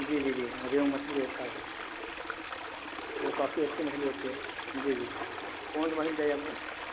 جی جی جی ریہو مچھلی جو ہوتا ہے وہ کافی اچھی مچھلی ہوتی ہے جی جی کون سی مچھلی چاہیے آپ کو